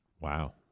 Wow